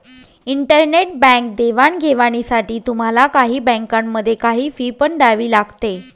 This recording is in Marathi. इंटरनेट बँक देवाणघेवाणीसाठी तुम्हाला काही बँकांमध्ये, काही फी पण द्यावी लागते